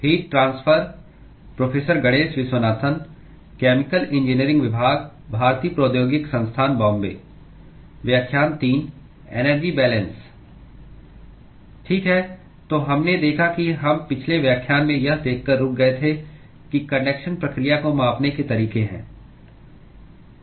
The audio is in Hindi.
ठीक है तो हमने देखा कि हम पिछले व्याख्यान में यह देखकर रुक गए थे कि कन्डक्शन प्रक्रिया को मापने के तरीके हैं